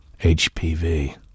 HPV